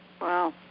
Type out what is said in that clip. Wow